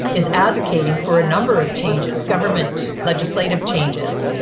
is advocating for a number of changes, government legislative changes.